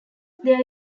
there